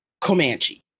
Comanche